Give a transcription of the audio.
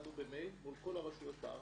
עבדנו במייל מול כל הרשויות בארץ.